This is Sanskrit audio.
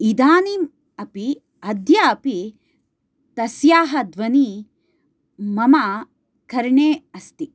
इदानीम् अपि अद्यापि तस्याः ध्वनिः मम कर्णे अस्ति